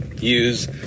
use